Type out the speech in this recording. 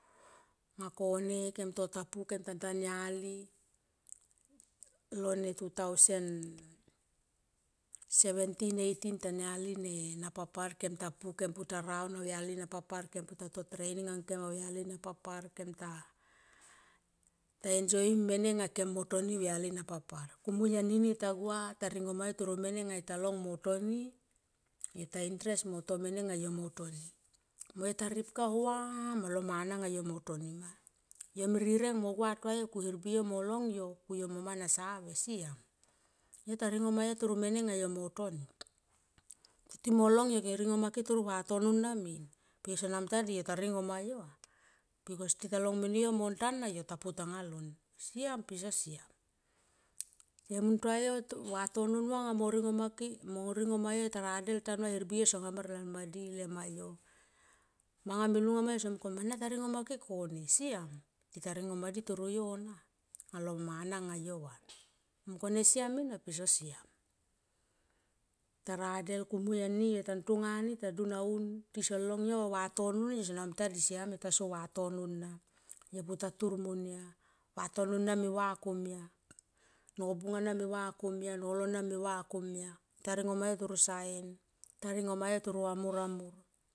Anga kone kem to ta pua kem ta pua kem ta tania li lone two thousand and seventeen and eighteen tania li na pa par kem ta pua kem ta raun au yali nanapar kem ta pu kem ta raun au yali napapar kem pua ta to treining ang kem au yali napapar kem ta enjoim mene nga kem mo toni au yali napapar kumui anini yo ta gua ta ringoma yo toro mene ma anga ta long mo toni yo ta intres mo to mene nga yo mo toni. Mo yo ta ripka vam lo mana nga yo mo toni ma, yo me rireng mo gua tua yo ku hermbi yo mo long yo ku yo moma na save siam. Yo ta ringo ma yo toro mene nga yo mo toni kutimo long yo kutimo long yo ke ringo make toro vatono na min pe yo sona mun tua di yota ringo ma yo a bikos tita long mene yo monta na yo ta pu tanga lon siam pe so siam. Se mun tua yo vatono nua nga mo ringo ma ke mo ringo ma yo mo radel tanua hermbi ke son hamar lolmadi lema yo. Manga me lunga mo yo som mung kone mana ta ringo ma ke kone siam tita ringo madi toro yo na alo mana nga yo vana munkone siam ena pe so siam itaradel kumui ani yo ta tonga ta dun aun tisan long yo oh vatono ning yo sona muntua di siam yo ta so vatono na yo puta tur monia. Vatono na me va komia nobung ana me va komia nolo na me va komia ta ringo ma yo toro saen ta ringo ma yo toro amor amor.